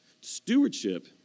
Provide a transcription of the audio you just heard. Stewardship